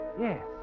Yes